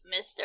Mr